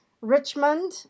Richmond